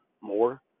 more